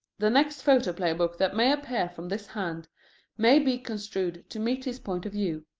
the next photoplay book that may appear from this hand may be construed to meet his point of view.